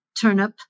turnip